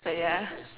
but ya